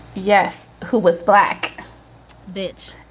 yes who was black bitch.